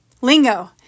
lingo